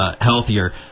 Healthier